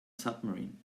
submarine